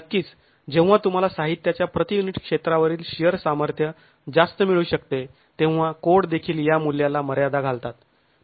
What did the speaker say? नक्कीच जेव्हा तुम्हाला साहित्याच्या प्रतियुनिट क्षेत्रावरील शिअर सामर्थ्य जास्त मिळू शकते तेव्हा कोड देखील या मुल्याला मर्यादा घालतात